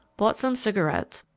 bought some cigarettes,